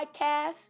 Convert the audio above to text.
podcast